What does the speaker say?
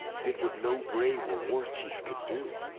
did what no brave or warchief could do!